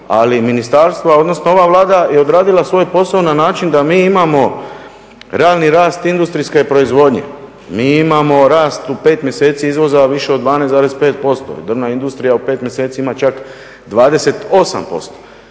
Ali ministarstva odnosno ova Vlada je odradila svoj posao na način da mi imamo realni rast industrijske proizvodnje, mi imamo rast u 5 mjeseci izvoza u više od 12,5%. Drvna industrija u 5 mjeseci ima čak 28%.